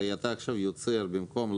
הרי אתה עכשיו יוצר במקום לקוח,